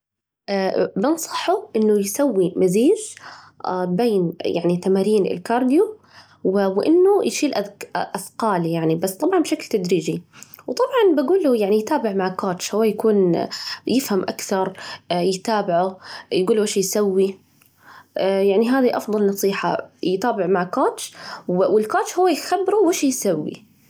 بنصحه إنه يسوي مزيج بين يعني تمارين الكارديو وإنه يشيل أث أثقال يعني بس طبعاً بشكل تدريجي وطبعاً بجول له يتابع مع كوتش، هو يكون يفهم أكثر، يتابعه، يجول له وش يسوي يعني، هذي أفضل نصيحة، يتابع مع كوتش، والكوتش هو يخبره وش يسوي.